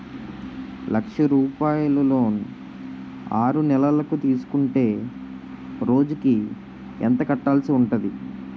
లక్ష రూపాయలు లోన్ ఆరునెలల కు తీసుకుంటే రోజుకి ఎంత కట్టాల్సి ఉంటాది?